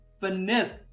finesse